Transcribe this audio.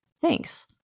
Thanks